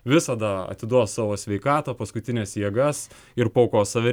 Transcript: visada atiduos savo sveikatą paskutines jėgas ir paaukos save